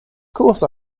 course